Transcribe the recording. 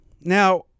Now